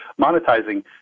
monetizing